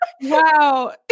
wow